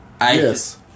Yes